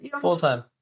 full-time